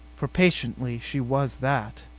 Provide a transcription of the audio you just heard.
for patently she was that,